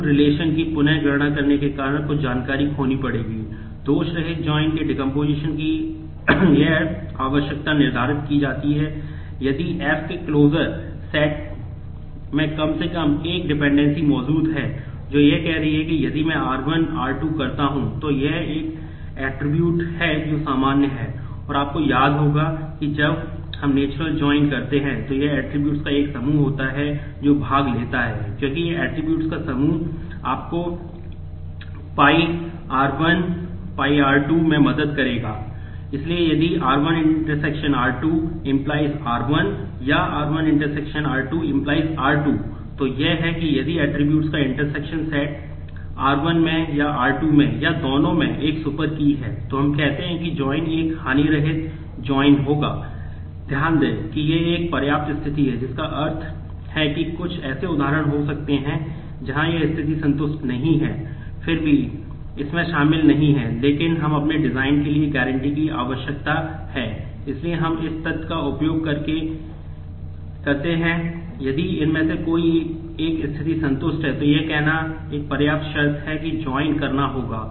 इसलिए यदि R1 ∩ R2 → R1 या R1 ∩ R2 → R2 तो यह है कि यदि ऐट्रिब्यूट्स होगा